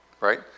right